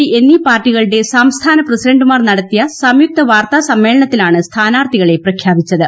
P എന്നീ പാർട്ടികളുടെ സംസ്ഥാന പ്രസിഡന്റുമാർ നടത്തിയ സംയുക്ത വാർത്താ സമ്മേളനത്തിലാണ് സ്ഥാനാർത്ഥികളെ പ്രഖ്യാപിച്ചത്